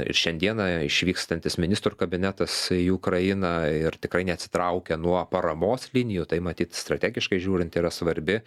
ir šiandieną išvykstantis ministrų kabinetas į ukrainą ir tikrai neatsitraukia nuo paramos linijų tai matyt strategiškai žiūrint yra svarbi